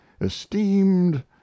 esteemed